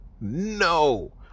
No